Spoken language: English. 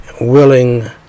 willing